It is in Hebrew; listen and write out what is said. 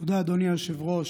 תודה, אדוני היושב-ראש.